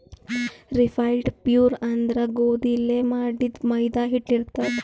refined flour ಅಂದ್ರ ಗೋಧಿಲೇ ಮಾಡಿದ್ದ್ ಮೈದಾ ಹಿಟ್ಟ್ ಇರ್ತದ್